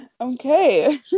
Okay